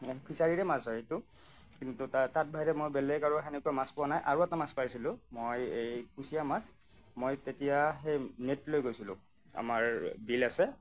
ফিচাৰীৰে মাছ হয় এইটো কিন্তু তাত তাৰ বাহিৰে মই বেলেগ আৰু সেনেকুৱা মাছ পোৱা নাই আৰু এটা মাছ পাইছিলোঁ মই এই কুচিয়া মাছ মই তেতিয়া সেই নেট লৈ গৈছিলোঁ আমাৰ বিল আছে